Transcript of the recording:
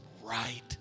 right